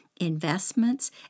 investments